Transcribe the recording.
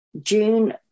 June